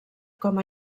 com